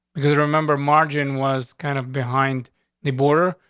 because remember, margin was kind of behind the border.